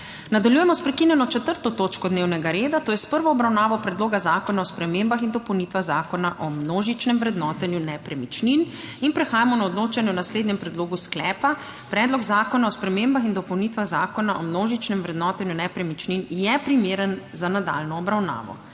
Nadaljujemo s **prekinjeno 4. točko dnevnega reda - Prva obravnava Predloga zakona o spremembah in dopolnitvah Zakona o množičnem vrednotenju nepremičnin.** In prehajamo na odločanje o naslednjem predlogu sklepa: Predlog zakona o spremembah in dopolnitvah Zakona o množičnem vrednotenju nepremičnin je primeren za nadaljnjo obravnavo.